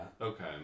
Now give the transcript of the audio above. Okay